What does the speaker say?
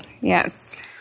Yes